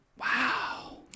Wow